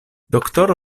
doktoro